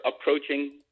approaching –